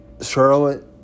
Charlotte